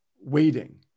waiting